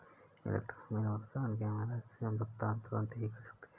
electronic bill भुगतान की मदद से हम भुगतान तुरंत ही कर सकते हैं